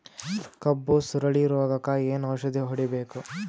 ಕಬ್ಬು ಸುರಳೀರೋಗಕ ಏನು ಔಷಧಿ ಹೋಡಿಬೇಕು?